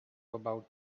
about